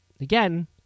again